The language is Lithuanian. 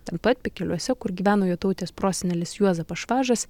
ten pat pikeliuose kur gyveno jotatės prosenelis juozapas švažas